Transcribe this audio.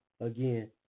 again